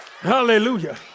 Hallelujah